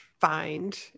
find